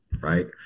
Right